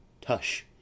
Tush